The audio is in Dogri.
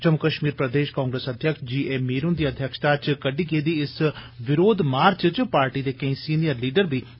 जम्मू कष्मीर प्रदेष कांग्रेस अध्यक्ष जी ए मीर हुन्दी अध्यक्षता च कड्डे गेदे इस विरोध मार्च च पार्टी दे केईं सीनियर लीडर बी षामल हे